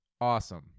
Awesome